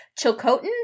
Chilcotin